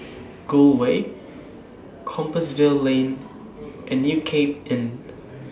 Gul Way Compassvale Lane and New Cape Inn